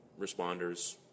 responders